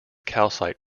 calcite